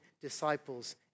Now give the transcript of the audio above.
disciples